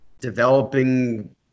developing